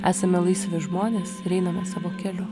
esame laisvi žmonės ir einame savo keliu